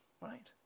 right